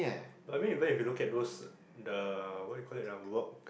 I mean even if you look at those the what you call it uh woke